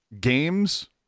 games